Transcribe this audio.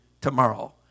tomorrow